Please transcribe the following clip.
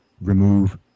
remove